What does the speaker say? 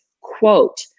quote